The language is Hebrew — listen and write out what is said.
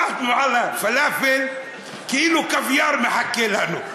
עטנו על הפלאפל כאילו קוויאר מחכה לנו,